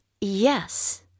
Yes